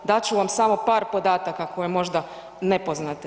Dat ću vam samo par podataka koje možda ne poznate.